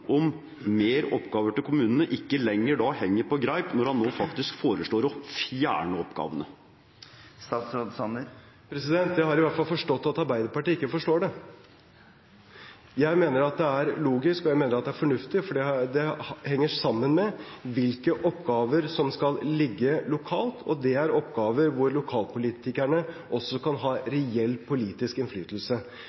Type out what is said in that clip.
om flere oppgaver til kommunene ikke lenger henger på greip når han nå faktisk foreslår å fjerne oppgavene. Jeg har i hvert fall forstått at Arbeiderpartiet ikke forstår det! Jeg mener at det er logisk, og jeg mener at det er fornuftig, for det henger sammen med hvilke oppgaver som skal ligge lokalt. Det er oppgaver hvor lokalpolitikerne også kan ha reell politisk innflytelse.